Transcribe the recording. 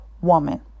woman